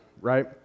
right